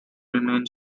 remain